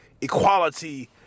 equality